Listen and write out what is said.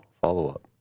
follow-up